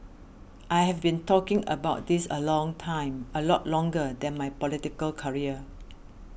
I have been talking about this a long time a lot longer than my political career